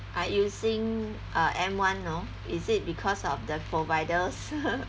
I using uh m one know is it because of the providers